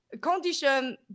condition